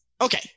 Okay